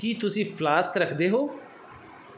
ਕੀ ਤੁਸੀਂ ਫਲਾਸਕ ਰੱਖਦੇ ਹੋ